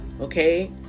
Okay